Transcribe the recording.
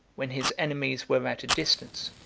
when his enemies were at a distance,